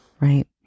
right